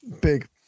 Big